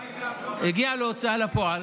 הגיעו להוצאה לפועל,